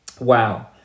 Wow